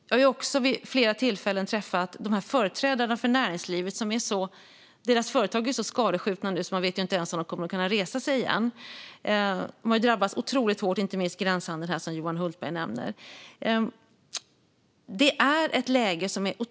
Jag har också vid flera tillfällen träffat företrädarna för näringslivet vars företag är så skadeskjutna nu att man inte vet om de kommer att kunna resa sig igen. De har drabbats otroligt hårt, inte minst gränshandeln, som Johan Hultberg nämner. Det är ett otroligt svårt läge.